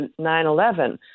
9-11